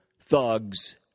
thugs